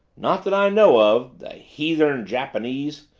not that i know of the heathern japanese!